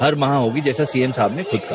हर माह होगी जैसा सीएम साहब ने खुद कहा